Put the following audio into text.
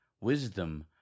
wisdom